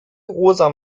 rosa